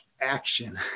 action